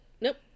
Nope